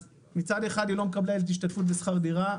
מצד אחד היא לא מקבלת השתתפות בשכר דירה,